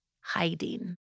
hiding